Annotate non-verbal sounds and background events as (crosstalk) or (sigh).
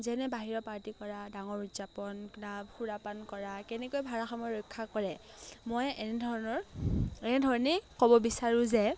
যেনে বাহিৰৰ পাৰ্টি কৰা ডাঙৰ উদযাপন সুৰাপান কৰা কেনেকৈ (unintelligible) ৰক্ষা কৰে মই এনেধৰণৰ এনেধৰণেই ক'ব বিচাৰোঁ যে